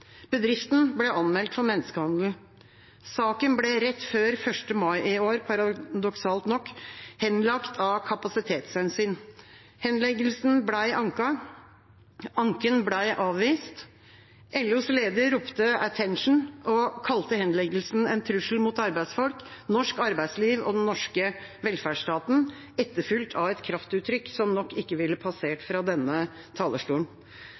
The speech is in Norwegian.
Bedriften ble anmeldt for menneskehandel. Saken ble rett før 1. mai i år, paradoksalt nok, henlagt av kapasitetshensyn. Henleggelsen ble anket, anken ble avvist. LOs leder ropte «attention» og kalte henleggelsen en trussel mot arbeidsfolk, norsk arbeidsliv og den norske velferdsstaten, etterfulgt av et kraftuttrykk som nok ikke ville passert fra denne talerstolen.